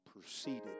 proceeded